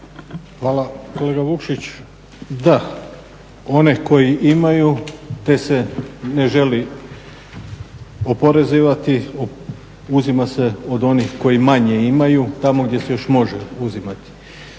Hvala. Kolega Vukšić, da, one koji imaju te se ne želi oporezivati, uzima se od onih koji manje imaju tamo gdje se još može uzimat.